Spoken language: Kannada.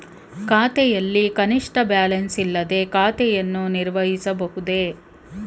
ಖಾತೆಯಲ್ಲಿ ಕನಿಷ್ಠ ಬ್ಯಾಲೆನ್ಸ್ ಇಲ್ಲದೆ ಖಾತೆಯನ್ನು ನಿರ್ವಹಿಸಬಹುದೇ?